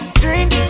drink